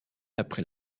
après